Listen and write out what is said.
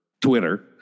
Twitter